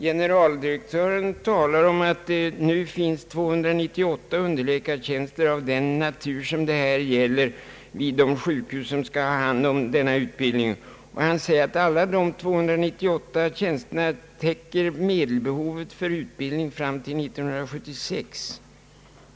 Generaldirektör Rexed säger att det nu finns 298 underläkartjänster av det här slaget vid de sjukhus som skall ha hand om ut bildningen och att dessa tjänster täcker medelbehovet för utbildning fram till 1976.